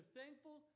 thankful